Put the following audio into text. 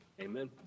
Amen